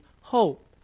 hope